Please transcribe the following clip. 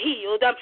healed